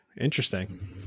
Interesting